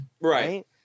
right